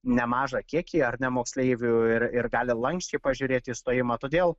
nemažą kiekį ar ne moksleivių ir ir gali lanksčiai pažiūrėti į stojimą todėl